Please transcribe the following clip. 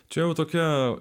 tačiau tokia